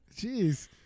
Jeez